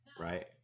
Right